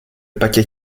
paquet